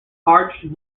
arched